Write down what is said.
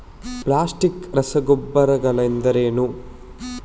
Plastic ರಸಗೊಬ್ಬರಗಳೆಂದರೇನು?